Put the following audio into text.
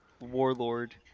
warlord